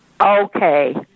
Okay